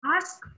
ask